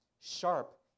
sharp